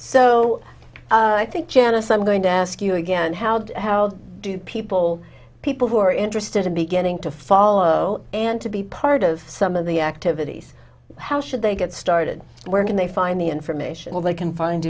so i think janice i'm going to ask you again how do how do people people who are interested in beginning to follow and to be part of some of the activities how should they get started where can they find the information well they can find